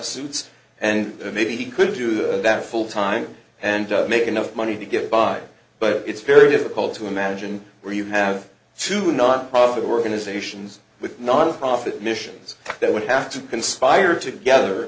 lawsuits and maybe he could do that full time and make enough money to get by but it's very difficult to imagine where you have to not profit organizations with nonprofit missions that would have to conspire together